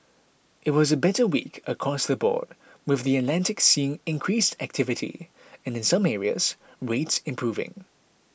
it was a better week across the board with the Atlantic seeing increased activity and in some areas rates improving